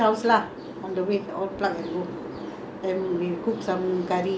then we cook some curry bread then we bring to the beach and eat